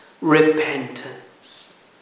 repentance